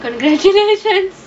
congratulations